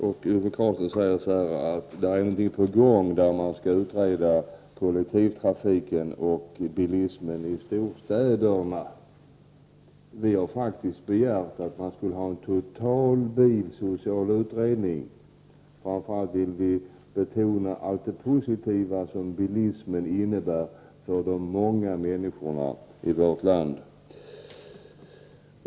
Ove Karlsson svarar att det är någonting på gång, där man skall utreda kollektivtrafiken och bilismen i storstäderna. Vi har faktiskt begärt att man skall göra en total bilsocial utredning och vi vill framför allt betona allt det positiva som bilismen innebär för många människor i vårt land.